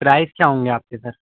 price کیا ہوں گے آپ کے سر